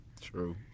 True